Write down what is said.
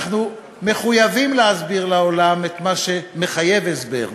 אנחנו מחויבים להסביר לעולם את מה שמחייב הסבר.